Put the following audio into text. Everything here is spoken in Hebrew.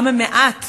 כמה מעט